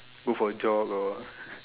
go for a jog or